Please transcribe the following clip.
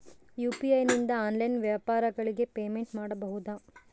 UPI ನಿಂದ online ವ್ಯಾಪಾರಗಳಿಗೆ payment ಮಾಡಬಹುದಾ?